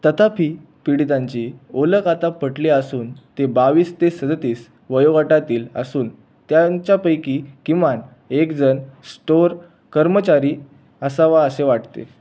तथापि पिडीतांची ओळख आता पटली असून ते बावीस ते सदतीस वयोगटातील असून त्यांच्यापैकी किमान एकजण स्टोअर कर्मचारी असावा असे वाटते